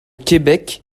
québec